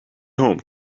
home